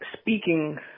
Speaking